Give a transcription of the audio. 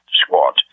squad